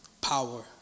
power